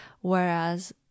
whereas